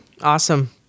Awesome